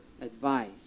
advice